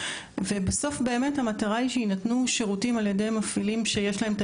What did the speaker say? בסוף המטרה היא שיינתנו שירותים ע"י מפעילים שיש להם את